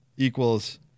Equals